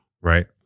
Right